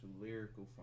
lyrical